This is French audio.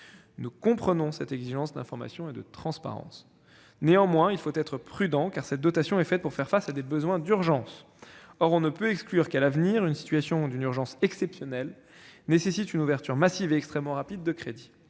Nous comprenons cette exigence d'information et de transparence. Néanmoins, il faut être prudent, car cette dotation est faite pour faire face à des besoins d'urgence. Or on ne peut pas exclure qu'à l'avenir une situation d'une urgence exceptionnelle nécessite une ouverture massive et très rapide de crédits.